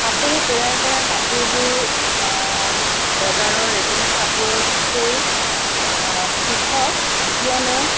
হাতেৰে তৈয়াৰ কৰা কাপোৰবোৰ বজাৰৰ ৰেডিমে'ড কাপোৰতকৈ পৃথক কিয়নো